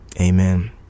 Amen